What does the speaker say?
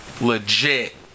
legit